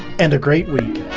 and a great week